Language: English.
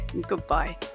Goodbye